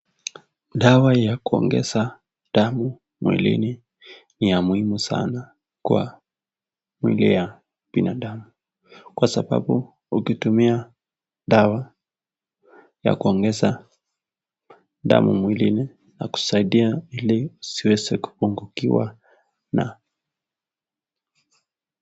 Dawa ya kuongeza damu mwilini ni ya muhimu sana kwa mwili ya binadamu kwa sababu ukitumia dawa ya kuongeza damu mwilini yakusaidia ili usiweze kupungukiwa na ...